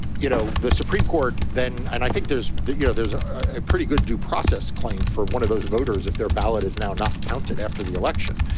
you know, the supreme court. then i think there's, you know, there's a pretty good due process claim for one of those voters if their ballot is now not counted after the election,